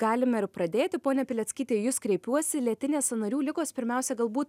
galime ir pradėti ponia pileckyte į jus kreipiuosi lėtinės sąnarių ligos pirmiausia galbūt